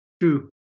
true